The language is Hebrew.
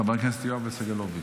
חבר הכנסת יואב סגלוביץ'.